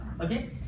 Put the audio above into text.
Okay